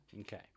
Okay